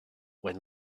when